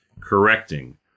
correcting